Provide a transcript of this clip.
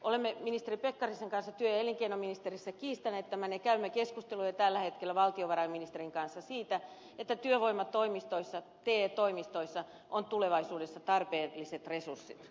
olemme ministeri pekkarisen kanssa työ ja elinkeinoministeriössä kiistäneet tämän ja käymme keskustelua jo tällä hetkellä valtiovarainministerin kanssa siitä että työvoimatoimistoissa te toimistoissa on tulevaisuudessa tarpeelliset resurssit